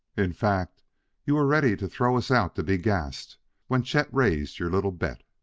in fact you were ready to throw us out to be gassed when chet raised your little bet.